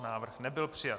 Návrh nebyl přijat.